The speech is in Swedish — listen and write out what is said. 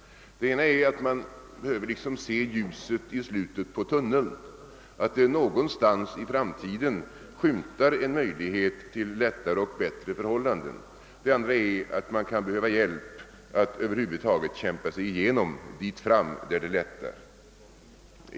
För det första behöver de liksom se ljuset i slutet på tunneln, de behöver veta att det någonstans i framtiden skymtar en möjlighet till bättre förhållanden. För det andra kan de behöva hjälp med att över huvud taget kämpa sig dithän att läget lättar.